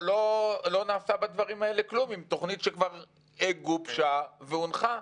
לא נעשה בדברים האלה כלום עם תוכנית שכבר גובשה והונחה.